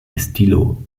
estilo